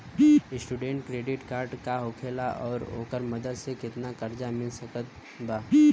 Student credit card का होखेला और ओकरा मदद से केतना कर्जा मिल सकत बा?